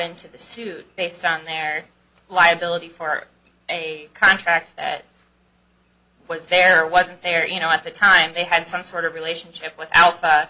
into the suit based on their liability for a contract that was fair wasn't there you know at the time they had some sort of relationship